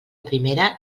primera